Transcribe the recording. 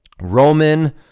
Roman